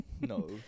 no